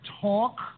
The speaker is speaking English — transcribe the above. talk